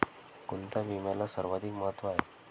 कोणता विम्याला सर्वाधिक महत्व आहे?